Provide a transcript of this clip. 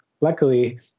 luckily